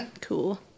Cool